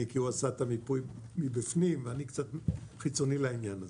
כי הוא עשה את המיפוי מבפנים ואני קצת חיצוני לעניין הזה.